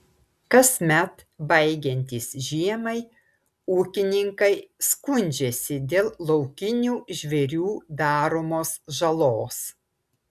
kasmet baigiantis žiemai ūkininkai skundžiasi dėl laukinių žvėrių daromos žalos